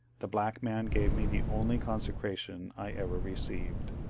the black man gave me the only con secration i ever received.